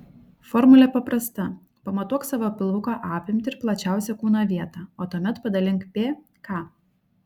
formulė paprasta pamatuok savo pilvuko apimtį ir plačiausią kūno vietą o tuomet padalink p k